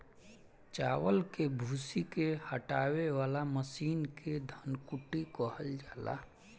चावल के भूसी के हटावे वाला मशीन के धन कुटी कहल जाला